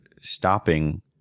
stopping